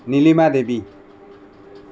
Nilima Devi